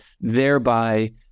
thereby